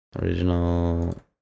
Original